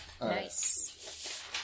Nice